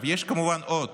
יש כמובן עוד,